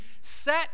set